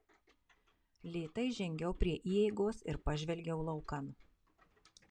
lėtai žengiau prie įeigos ir pažvelgiau laukan